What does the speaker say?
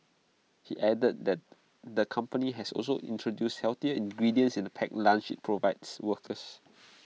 he added that the company has also introduced healthier ingredients in the packed lunches IT provides workers